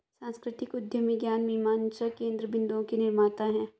सांस्कृतिक उद्यमी ज्ञान मीमांसा केन्द्र बिन्दुओं के निर्माता हैं